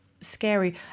scary